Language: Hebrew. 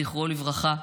זכרו לברכה,